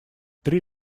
три